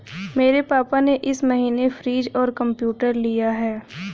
मेरे पापा ने इस महीने फ्रीज और कंप्यूटर लिया है